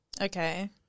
Okay